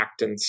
actants